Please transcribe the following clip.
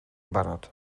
barod